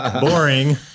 boring